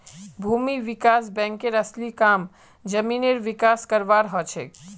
भूमि विकास बैंकेर असली काम जमीनेर विकास करवार हछेक